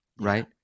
right